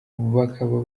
bakaba